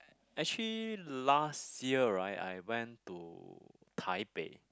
actually last year right I went to Taipei